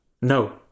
No